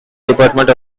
department